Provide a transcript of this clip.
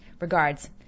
Regards